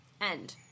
end